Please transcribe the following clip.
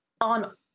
on